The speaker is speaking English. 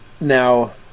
Now